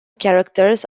characters